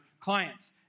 clients